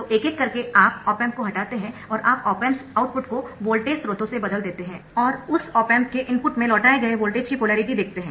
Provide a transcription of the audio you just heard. तो एक एक करके आप ऑप एम्प को हटाते है और आप ऑप एम्प्स आउटपुट को वोल्टेज स्रोतों से बदल देते है और उस ऑप एम्प के इनपुट में लौटाए गए वोल्टेज की पोलेरिटी देखते है